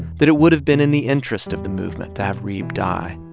that it would have been in the interest of the movement to have reeb die.